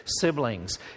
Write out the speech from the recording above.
siblings